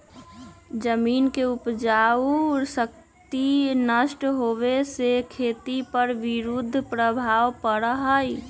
जमीन के उपजाऊ शक्ति नष्ट होवे से खेती पर विरुद्ध प्रभाव पड़ा हई